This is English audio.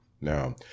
Now